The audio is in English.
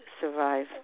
survive